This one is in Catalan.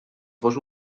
fos